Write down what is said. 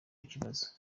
kibazo